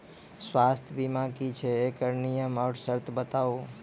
स्वास्थ्य बीमा की छियै? एकरऽ नियम आर सर्त बताऊ?